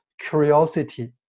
curiosity